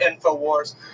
InfoWars